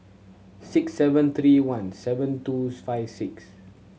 six seven three one seven twos five six